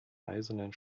eisernen